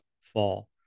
fall